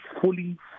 fully